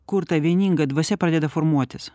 kur ta vieninga dvasia pradeda formuotis